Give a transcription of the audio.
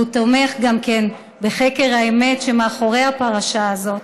הוא גם כן תומך בחקר האמת שמאחורי הפרשה הזאת,